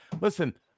Listen